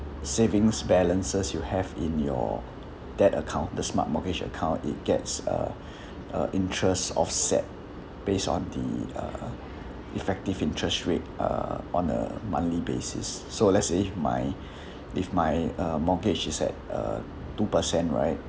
savings balances you have in your that account the smart mortgage account it gets uh uh interest offset based on the uh effective interest rate uh on a monthly basis so let's say if my if my uh mortgage is at uh two percent right